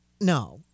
No